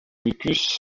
mucus